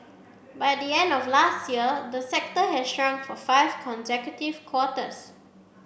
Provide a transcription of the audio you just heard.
by the end of last year the sector had shrunk for five consecutive quarters